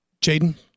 Jaden